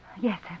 Yes